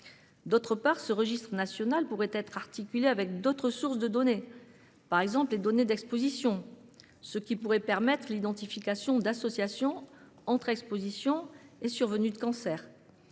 ailleurs, ce registre national pourrait être articulé avec d'autres sources de données, par exemple des données d'exposition, ce qui pourrait permettre l'identification d'associations entre exposition et survenue de cancer.